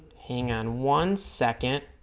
hang on one second